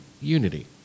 unity